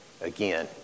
again